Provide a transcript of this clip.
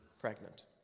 pregnant